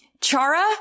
Chara